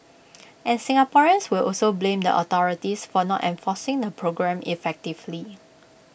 and Singaporeans will also blame the authorities for not enforcing the programme effectively